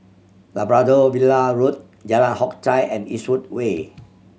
Labrador Villa Road Jalan Hock Chye and Eastwood Way